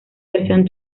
versión